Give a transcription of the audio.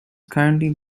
currently